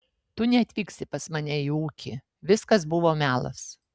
tu neatvyksi pas mane į ūkį viskas buvo melas